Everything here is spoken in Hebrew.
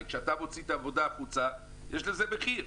הרי כשאתה מוציא את העבודה החוצה יש לזה מחיר.